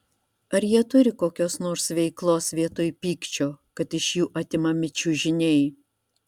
ar jie turi kokios nors veiklos vietoj pykčio kad iš jų atimami čiužiniai